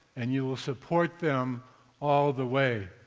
and you will support them all the way.